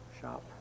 shop